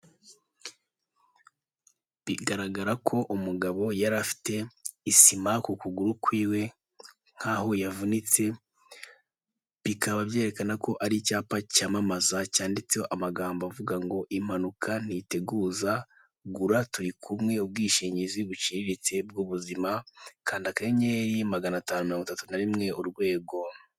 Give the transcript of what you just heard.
Bigaragara ko umugabo yari afite isima ku kuguru kwiwe nk'aho yavunitse bikaba byerekana ko ari icyapa cyamamaza cyanditseho amagambo avuga ngo impanuka ntiteguza gura turi kumwe ubwishingizi buciriritse bw'ubuzima kanda akanyenyeri magana atanu mirongo itatu na rimwe urwego